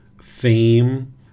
fame